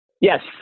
Yes